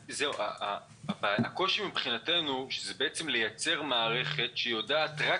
הקושי מבחינתנו הוא שזה לייצר מערכת שיודעת רק